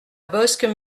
bosc